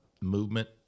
movement